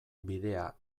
bidea